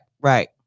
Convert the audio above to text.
Right